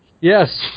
Yes